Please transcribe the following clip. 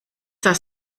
das